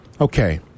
Okay